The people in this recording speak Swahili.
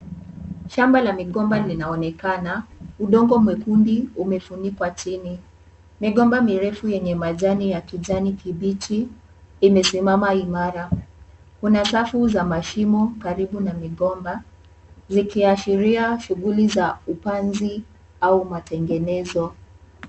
Shamba la migomba linaonekana. Udongo mwekundu umefunikwa chini. Migomba mirefu yenye majani ya kijani kibichi imesimama imara. Kuna safu za mashimo karibu na migomba zikiashiria shughuli za upanzi au matengenezo.